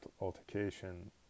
altercation